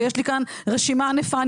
ויש כאן לי כאן רשימה ענפה.